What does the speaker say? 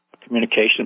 communication